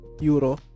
Euro